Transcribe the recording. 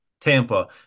Tampa